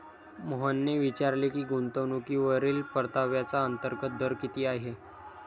मोहनने विचारले की गुंतवणूकीवरील परताव्याचा अंतर्गत दर किती आहे?